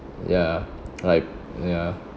ya like ya